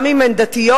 גם אם הן דתיות,